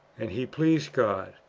and he pleased god,